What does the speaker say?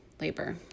labor